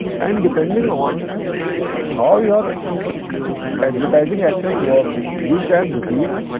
and, depending on how your advertising actions work, you can repeat,